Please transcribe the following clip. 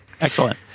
Excellent